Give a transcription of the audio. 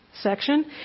Section